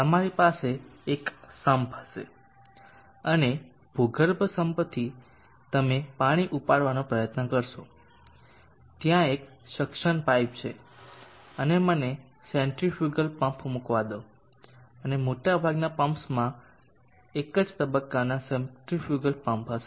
તમારી પાસે એક સમ્પ હશે અને ભૂગર્ભ સમ્પથી તમે પાણી ઉપાડવાનો પ્રયત્ન કરશો ત્યાં એક સક્શન પાઇપ છે અને મને સેન્ટ્રિફ્યુગલ પંપ મૂકવા દો અને મોટાભાગના પમ્પ્સમાં એક જ તબક્કોના સેન્ટ્રિફ્યુગલ પમ્પ હશે